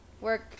work